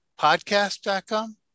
podcast.com